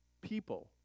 people